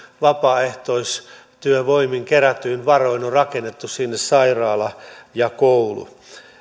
vapaaehtoistyövoimin kerätyin varoin on rakennettu sinne sairaala ja koulu valitettavasti